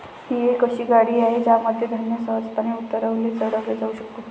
ही एक अशी गाडी आहे ज्यामध्ये धान्य सहजपणे उतरवले चढवले जाऊ शकते